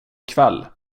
kväll